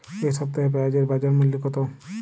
এ সপ্তাহে পেঁয়াজের বাজার মূল্য কত?